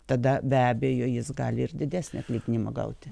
tada be abejo jis gali ir didesnį atlyginimą gauti